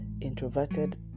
introverted